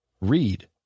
read